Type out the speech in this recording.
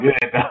good